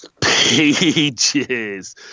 pages